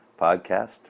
podcast